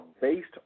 based